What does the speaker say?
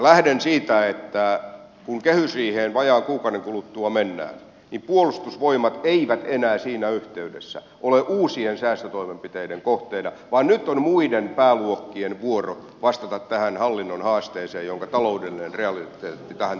lähden siitä että kun kehysriiheen vajaan kuukauden kuluttua mennään niin puolustusvoimat ei enää siinä yhteydessä ole uusien säästötoimenpiteiden kohteena vaan nyt on muiden pääluokkien vuoro vastata tähän hallinnon haasteeseen jonka taloudellinen realiteetti tähän tuo